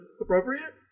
appropriate